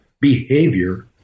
behavior